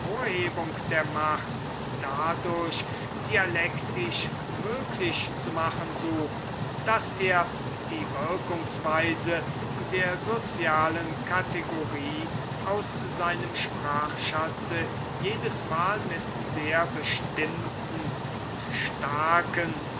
der macht dadurch dialektisch möglich zu machen sucht daß er die wirkungsweise der sozialen kategorie aus seinem sprachschatze jedesmal mit sehr bestimmten und starken